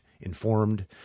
informed